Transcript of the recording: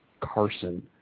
Carson